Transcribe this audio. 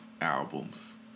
albums